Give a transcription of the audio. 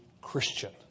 Christian